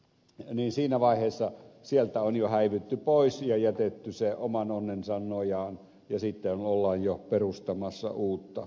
ja niin siinä vaiheessa sieltä on jo häivytty pois ja jätetty yritys oman onnensa nojaan ja sitten ollaan jo perustamassa uutta yritystä